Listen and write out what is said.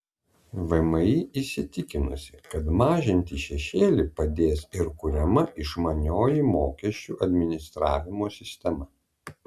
vmi įsitikinusi kad mažinti šešėlį padės ir kuriama išmanioji mokesčių administravimo sistema